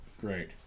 Great